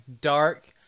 dark